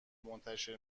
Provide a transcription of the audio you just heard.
منتشر